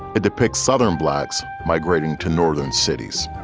it depicts southern blacks migrating to northern cities.